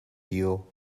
heel